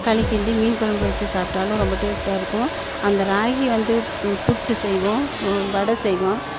களி கிண்டி மீன் குழம்பு வெச்சு சாப்பிட்டாலும் ரொம்ப டேஸ்ட்டாக இருக்கும் அந்த ராகி வந்து புட்டு செய்வோம் வடை செய்வோம்